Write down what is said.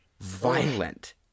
violent